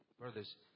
Brothers